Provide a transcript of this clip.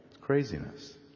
Craziness